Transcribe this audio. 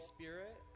Spirit